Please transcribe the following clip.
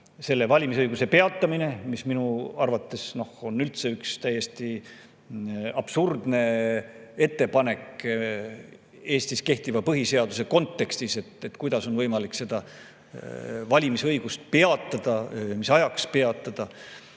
– valimisõiguse peatamise kohta. Minu arvates on see täiesti absurdne ettepanek Eestis kehtiva põhiseaduse kontekstis: kuidas on võimalik valimisõigust peatada, mis ajaks peatada